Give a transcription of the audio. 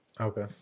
Okay